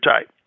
type